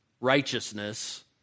righteousness